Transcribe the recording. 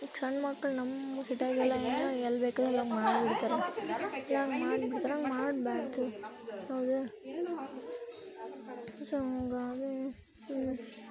ಈಗ ಸಣ್ಣ ಮಕ್ಳು ನಮ್ಮ ಸಿಟ್ಯಾಗೆಲ್ಲ ಏನು ಎಲ್ಲಿ ಬೇಕೋ ಅಲ್ಲಿ ಮಾಡ್ಬಿಡ್ತಾರೆ ಎಲ್ಲ ಹಂಗೆ ಮಾಡ್ಬಿಡ್ತಾರೆ ಹಂಗ್ ಮಾಡಬಾರ್ದು ಹೌದಾ ಸೊ ಹಾಗಾಗಿ